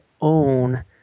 own